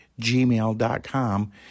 gmail.com